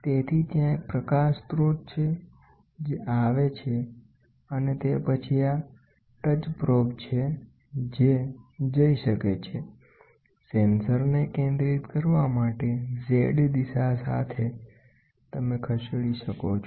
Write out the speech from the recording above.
તેથી ત્યાં એક પ્રકાશ સ્રોત છે જે આવે છે અને તે પછી આ ટચ પ્રોબ છે જે જઈ શકે છે સેન્સર ને કેન્દ્રિત કરવા માટે Z દિશા સાથે તમે ખસેડી શકો છો